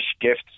gifts